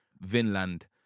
Vinland